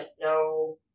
no